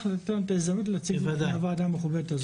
אם תינתן לנו ההזדמנות להציג זאת בפני הוועדה המכובדת הזו.